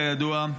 כידוע.